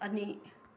ꯑꯅꯤ